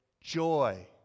Joy